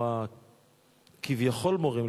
או כביכול מורים,